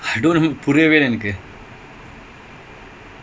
yesterday I went to the movies malay okay